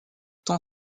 tant